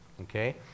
Okay